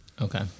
Okay